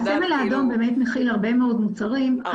הסמל האדום באמת מכיל הרבה מאוד מוצרים הרבה מאוד.